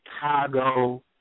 Chicago